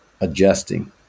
adjusting